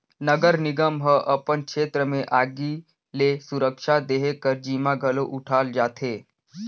नगर निगम ह अपन छेत्र में आगी ले सुरक्छा देहे कर जिम्मा घलो उठाल जाथे